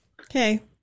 Okay